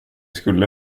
skulle